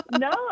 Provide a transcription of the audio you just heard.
No